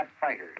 fighters